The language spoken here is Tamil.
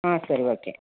ம் சரி ஓகே